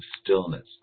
stillness